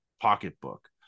pocketbook